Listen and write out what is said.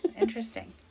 Interesting